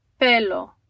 pelo